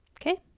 okay